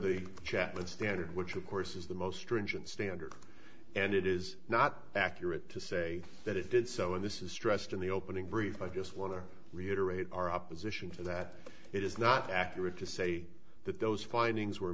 the chapman standard which of course is the most stringent standard and it is not accurate to say that it did so and this is stressed in the opening brief i just want to reiterate our opposition to that it is not accurate to say that those findings were